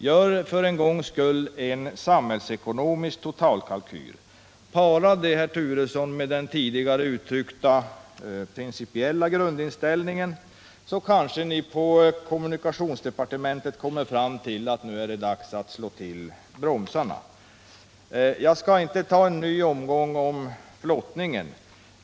Gör för en gångs skull en samhällsekonomisk totalkalkyl! Para denna, herr Turesson, med den tidigare uttryckta principiella grundinställningen, så kanske ni på kommunikationsdepartementet kommer fram till att det är dags att slå till bromsarna! Jag skall inte ta upp en ny debattomgång om flottningen.